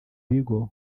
bigo